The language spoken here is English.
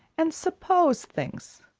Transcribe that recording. and suppose things.